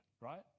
right